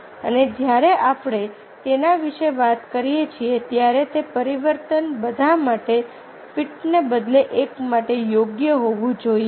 અને જ્યારે આપણે તેના વિશે વાત કરીએ છીએ ત્યારે તે પરિવર્તન બધા માટે ફિટને બદલે એક માટે યોગ્ય હોવું જોઈએ